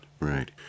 Right